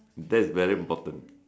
that's very important